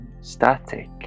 static